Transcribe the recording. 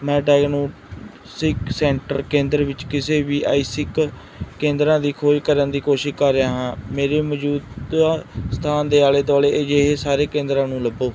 ਮੈਂ diagnostics centre ਕੇਂਦਰ ਕਿਸ ਵਾਲੇ ਅਇਸਿਕ ਕੇਂਦਰਾਂ ਦੀ ਖੋਜ ਕਰਨ ਦੀ ਕੋਸ਼ਿਸ਼ ਕਰ ਰਿਹਾ ਹਾਂ ਮੇਰੇ ਮੌਜੂਦਾ ਸਥਾਨ ਦੇ ਆਲੇ ਦੁਆਲੇ ਅਜਿਹੇ ਸਾਰੇ ਕੇਂਦਰਾਂ ਨੂੰ ਲੱਭੋ